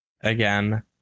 again